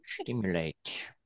Stimulate